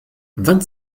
vingt